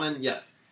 Yes